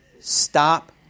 stop